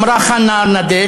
אמרה חנה ארנדט,